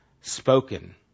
spoken